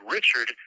Richard